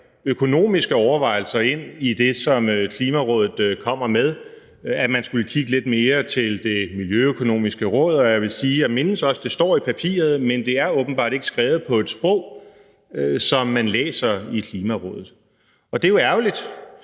økonomiske overvejelser ind i det, som Klimarådet kommer med, og at man skulle kigge lidt mere til Det Miljøøkonomiske Råd, og jeg mindes også, at det står i papiret, men det er åbenbart ikke skrevet på et sprog, som man læser i Klimarådet. Og det er jo ærgerligt,